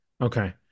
Okay